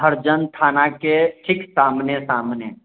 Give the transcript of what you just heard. हरिजन थाना के ठीक सामने सामने